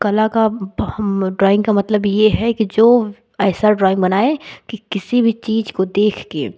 कला का हम ड्राइँग का मतलब यह है कि जो ऐसा ड्रामइंग बनाएँ कि किसी भी चीज़ को देख कर